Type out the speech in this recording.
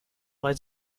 lies